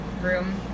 room